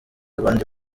abandi